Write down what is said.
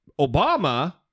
Obama